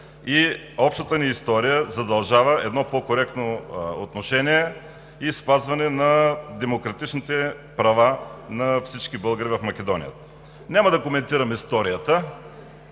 Общата ни история задължава едно по-коректно отношение и спазване на демократичните права на всички българи в Македония. Няма да коментирам историята,